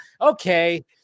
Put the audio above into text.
Okay